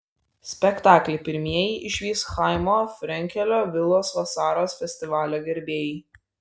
spektaklį pirmieji išvys chaimo frenkelio vilos vasaros festivalio gerbėjai